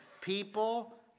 people